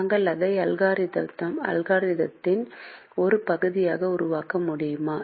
நாங்கள் அதை அல்கோரிதமின் ஒரு பகுதியாக உருவாக்க முடியுமா